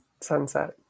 sunset